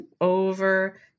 over